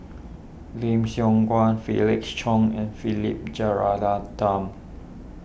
Lim Siong Guan Felix Cheong and Philip Jeyaretnam